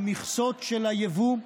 המכסות של היבוא,